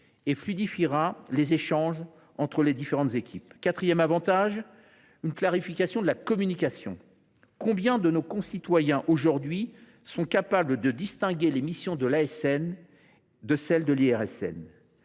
et fluidifiera les échanges entre les différentes équipes. Le quatrième avantage est une clarification de la communication. Combien de nos concitoyens sont aujourd’hui capables de distinguer les missions de l’ASN de celles de l’IRSN ?